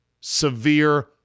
severe